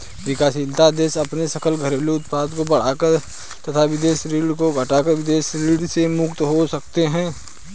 विकासशील देश अपने सकल घरेलू उत्पाद को बढ़ाकर तथा विदेशी ऋण को घटाकर विदेशी ऋण से मुक्त हो सकते हैं